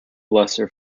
lesser